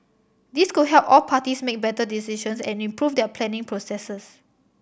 this could help all parties make better decisions and improve their planning processes